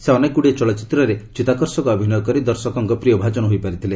ସେ ଅନେକଗୁଡ଼ିଏ ଚଳଚ୍ଚିତ୍ରରେ ଚିତାକର୍ଷକ ଅଭିନୟ କରି ଦର୍ଶକଙ୍କ ପ୍ରିୟଭାଜନ ହୋଇପାରିଥିଲେ